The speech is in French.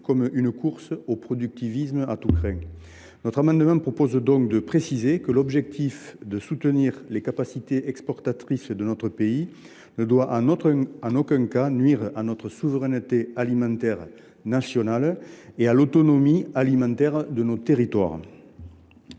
comme une course au productivisme à tous crins. Notre amendement tend ainsi à préciser que l’objectif de soutien des capacités exportatrices de notre pays ne doit en aucun cas nuire à notre souveraineté alimentaire nationale et à l’autonomie alimentaire de nos territoires.